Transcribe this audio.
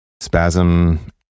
spasm